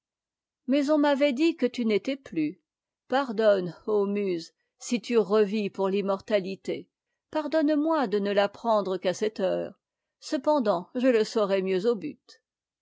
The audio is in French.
mais on m'avait dit que tu n'étais plus pardonne ô muse si tu revis pour fimmortatité pardonne moi de ne l'apprendre qu'à cette heure cependant je le saurai mieux au but